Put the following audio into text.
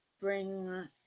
bring